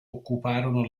occuparono